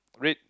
red